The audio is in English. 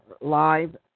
live